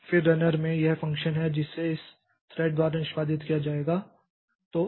फिर रनर में यह फ़ंक्शन है जिसे इस थ्रेड द्वारा निष्पादित किया जाएगा